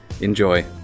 enjoy